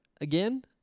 Again